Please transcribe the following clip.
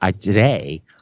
today